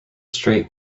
strait